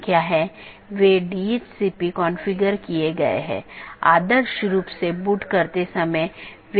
तो IBGP speakers की तरह AS के भीतर पूर्ण मेष BGP सत्रों का मानना है कि एक ही AS में साथियों के बीच एक पूर्ण मेष BGP सत्र स्थापित किया गया है